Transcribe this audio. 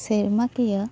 ᱥᱮᱨᱢᱟ ᱠᱤᱭᱟᱹ